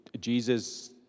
Jesus